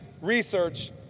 research